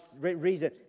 reason